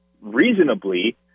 reasonably